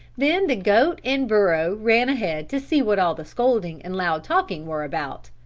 then the goat and burro ran ahead to see what all the scolding and loud talking were about.